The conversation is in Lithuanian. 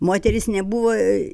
moterys nebuvo